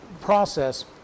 process